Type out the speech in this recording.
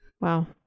Wow